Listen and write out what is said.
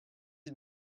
was